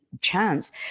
chance